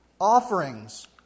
offerings